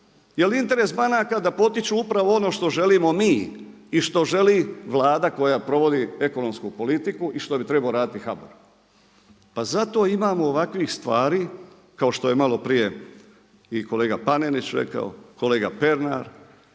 jel interes banaka da potiču upravo ono što želimo mi i što želi Vlada koja provodi ekonomsku politiku i što bi trebao raditi HBOR? Pa zato imamo ovakvih stvari kao što je malo prije i kolega Panenić rekao, kolega Pernar